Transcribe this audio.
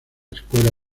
escuela